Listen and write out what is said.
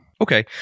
Okay